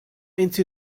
into